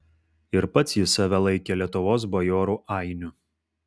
ir pats jis save laikė lietuvos bajorų ainiu